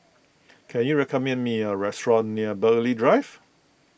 can you recommend me a restaurant near Burghley Drive